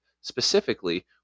Specifically